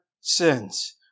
sins